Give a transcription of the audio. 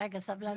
רגע אדוני,